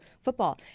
football